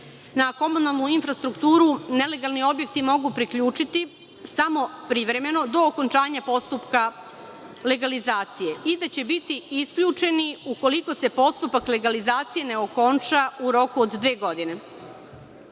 na komunalnu infrastrukturu nelegalni objekti mogu priključiti samo privremeno, do okončanja postupka legalizacije i da će biti isključeni ukoliko se postupak legalizacije ne okonča u roku od dve godine.